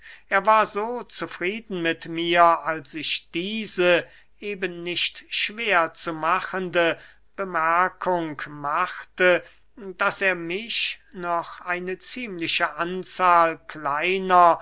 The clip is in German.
er war so zufrieden mit mir als ich diese eben nicht schwer zu machende bemerkung machte daß er mich noch eine ziemliche anzahl kleiner